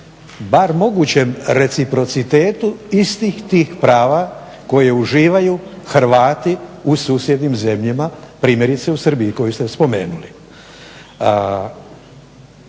bar mogućem reciprocitetu istih tih prava koje uživaju Hrvati u susjednim zemljama primjerice u Srbiji koju ste spomenuli.